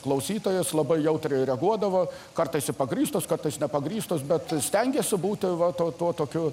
klausytojas labai jautriai reaguodavo kartais ir pagrįstos kartais nepagrįstos bet stengėsi būti va tuo tokiu